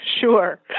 Sure